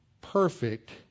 perfect